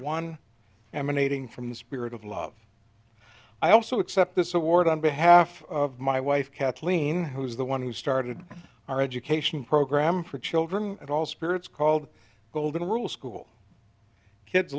one emanating from the spirit of love i also accept this award on behalf of my wife kathleen who is the one who started our education program for children at all spirits called golden rule school kids